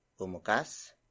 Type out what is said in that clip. Bumukas